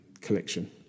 collection